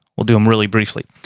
we'll do them really briefly.